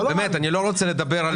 באמת, אני לא רוצה לדבר על מי אשם.